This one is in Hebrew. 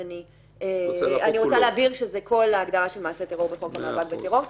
אז אני רוצה להבהיר שזה כל ההגדרה של מעשה טרור לחוק המאבק בטרור.